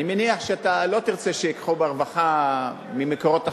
אני מניח שאתה לא תרצה שייקחו ברווחה ממקורות אחרים.